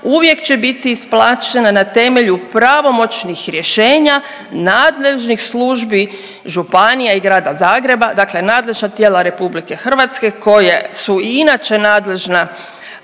uvijek će biti isplaćena na temelju pravomoćnih rješenja nadležnih službi, županija i Grada Zagreba, dakle nadležna tijela RH koja su i inače nadležna